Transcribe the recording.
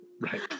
Right